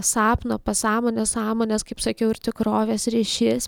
sapno pasąmonės sąmonės kaip sakiau ir tikrovės ryšys